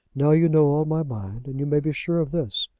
now you know all my mind, and you may be sure of this,